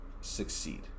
succeed